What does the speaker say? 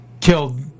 killed